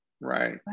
Right